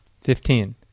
Fifteen